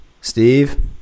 Steve